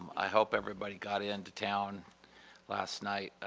i hope everybody got in to town last night